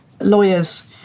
lawyers